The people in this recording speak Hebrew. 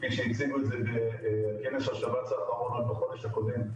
כפי שהציגו את זה בכנס השבץ בחודש הקודם,